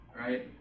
right